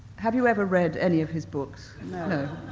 have you ever read any of his books? no.